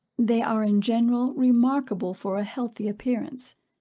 they are in general remarkable for a healthy appearance,